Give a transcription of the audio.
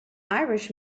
irish